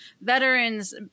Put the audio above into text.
veterans